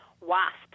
wasps